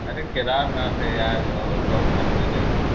अरे केदारनाथ है यार और बहुत मन्दिर है जो